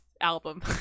album